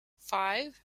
five